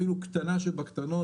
אפילו קטנה שבקטנות,